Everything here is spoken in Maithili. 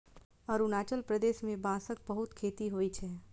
अरुणाचल प्रदेश मे बांसक बहुत खेती होइ छै